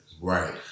Right